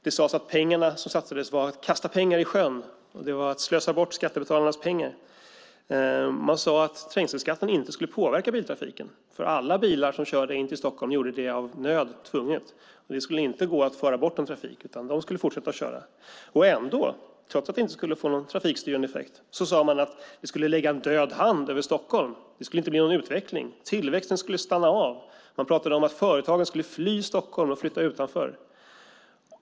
Det sades att det var att kasta pengar i sjön om de pengar som satsades. Det var att slösa bort skattebetalarnas pengar. Man sade att trängselskatten inte skulle påverka biltrafiken, för alla som körde bil in till Stockholm gjorde det av nödtvång. Det skulle inte gå att föra bort någon trafik. De skulle fortsätta köra. Ändå, trots att det inte skulle få någon trafikstyrande effekt, sade man att det skulle lägga en död hand över Stockholm. Det skulle inte bli någon utveckling. Tillväxten skulle stanna av. Man pratade om att företagen skulle fly Stockholm och flytta utanför.